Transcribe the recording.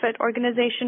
organization